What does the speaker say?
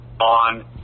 on